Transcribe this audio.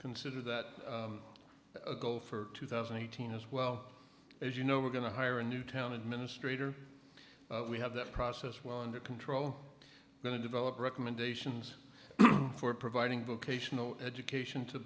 consider that a goal for two thousand and eighteen as well as you know we're going to hire a new town administrator we have that process well under control going to develop recommendations for providing vocational education to